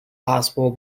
possible